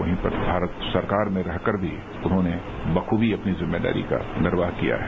उन पर भारत सरकार में रहकर भी उन्होंने बाखूबी अपनी जिम्मेदारी का निर्वाह किया है